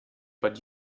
but